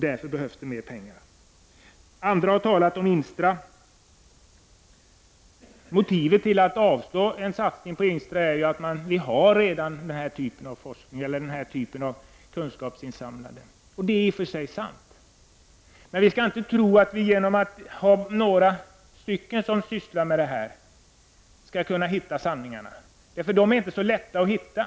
Därför behövs det mer pengar. Andra talare har här tidigare talat om INSTRA. Utskottets motiv till att avstyrka en satsning på INSTRA är att den här typen av kunskapsinsamlande redan sker. De är i och för sig sant. Men vi skall inte tro att vi genom att ha några personer som arbetar med detta skall kunna finna sanningarna. De är inte så lätta att hitta.